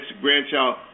grandchild